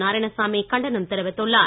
நாராயணசாமி கண்டனம் தெரிவித்துள்ளார்